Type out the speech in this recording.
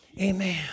amen